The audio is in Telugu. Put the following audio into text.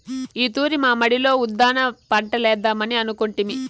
ఈ తూరి మా మడిలో ఉద్దాన పంటలేద్దామని అనుకొంటిమి